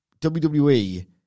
WWE